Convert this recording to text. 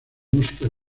música